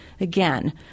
again